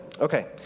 Okay